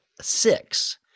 six